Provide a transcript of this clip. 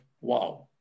wow